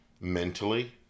mentally